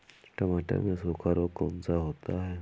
टमाटर में सूखा रोग कौन सा होता है?